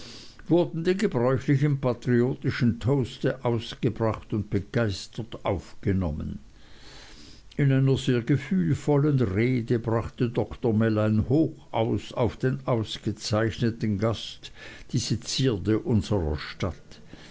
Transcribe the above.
wurden die gebräuchlichen patriotischen toaste ausgebracht und begeistert aufgenommen in einer sehr gefühlvollen rede brachte dr mell ein hoch aus auf den ausgezeichneten gast diese zierde unserer stadt